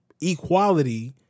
equality